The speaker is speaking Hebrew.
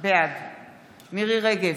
בעד מירי מרים רגב,